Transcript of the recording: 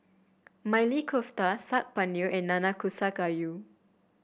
Maili Kofta Saag Paneer and Nanakusa Gayu